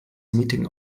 meeting